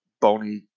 bony